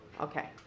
Okay